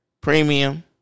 premium